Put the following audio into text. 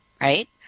right